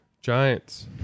Giants